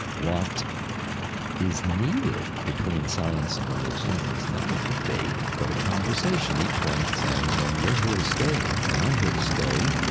what is needed between science and religions is not a debate but a conversation, each one saying, you know, you're here to stay and i'm here to stay,